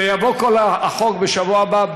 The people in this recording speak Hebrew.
ויבוא כל החוק בשבוע הבא,